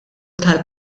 tal